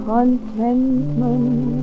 Contentment